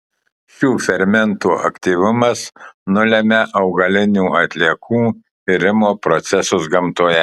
šių fermentų aktyvumas nulemia augalinių atliekų irimo procesus gamtoje